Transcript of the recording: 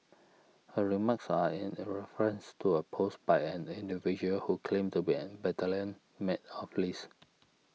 her remarks are in a reference to a post by an individual who claimed to be a battalion mate of Lee's